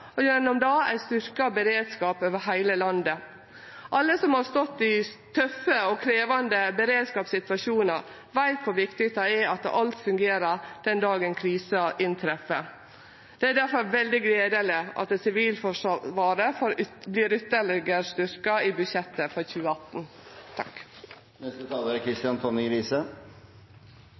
og gjennom det ein styrkt beredskap over heile landet. Alle som har stått i tøffe og krevjande beredskapssituasjonar, veit kor viktig det er at alt fungerer den dagen krisa inntreffer. Det er difor veldig gledeleg at Sivilforsvaret vert ytterlegare styrkt i budsjettet for